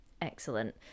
Excellent